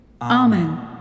Amen